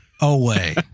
away